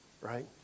right